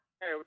Hey